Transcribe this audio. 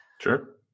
Sure